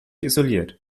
isoliert